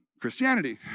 Christianity